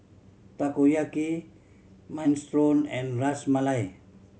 Takoyaki Minestrone and Ras Malai